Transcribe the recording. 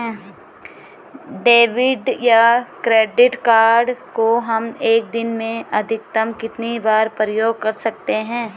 Debit या credit card को हम एक दिन में अधिकतम कितनी बार प्रयोग कर सकते हैं?